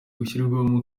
gushyirwamo